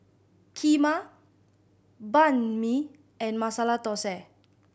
Kheema Banh Mi and Masala Dosa